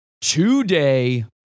today